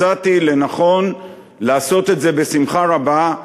מצאתי לנכון לעשות את זה בשמחה רבה,